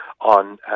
on